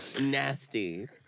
Nasty